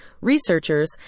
researchers